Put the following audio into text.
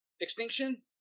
Extinction